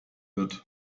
wird